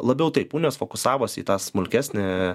labiau taip unijos fokusavosi į tą smulkesnį